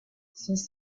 since